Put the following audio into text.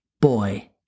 Boy